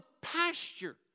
pasture